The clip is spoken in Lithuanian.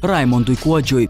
raimondui kuodžiui